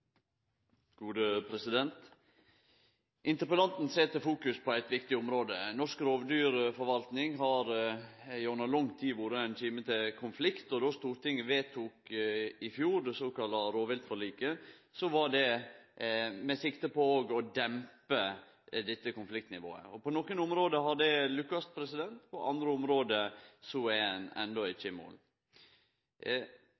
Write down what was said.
på eit viktig område. Norsk rovdyrforvalting har i lang tid vore kime til konflikt. Då Stortinget i fjor vedtok det såkalla rovviltforliket, var det med sikte på å dempe dette konfliktnivået. På nokre område har det lukkast. På andre område er ein endå